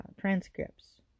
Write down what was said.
transcripts